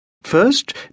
First